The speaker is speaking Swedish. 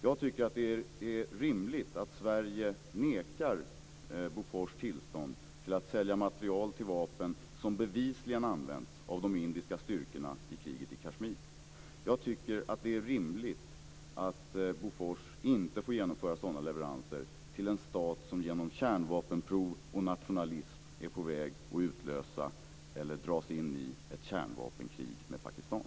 Jag tycker att det är rimligt att Sverige nekar Bofors tillstånd att sälja materiel till vapen som bevisligen används av de indiska styrkorna i kriget i Kashmir. Jag tycker att det är rimligt att Bofors inte får genomföra sådana leveranser till en stat som genom kärnvapenprov och nationalism är på väg att utlösa eller dras in i ett kärnvapenkrig med Pakistan.